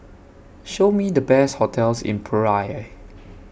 Show Me The Best hotels in Praia